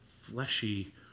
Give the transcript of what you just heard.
fleshy